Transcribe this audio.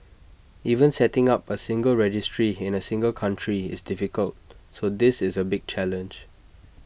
even setting up A single registry in A single country is difficult so this is A big challenge